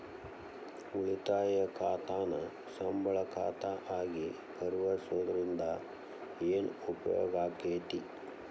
ಉಳಿತಾಯ ಖಾತಾನ ಸಂಬಳ ಖಾತಾ ಆಗಿ ಪರಿವರ್ತಿಸೊದ್ರಿಂದಾ ಏನ ಉಪಯೋಗಾಕ್ಕೇತಿ?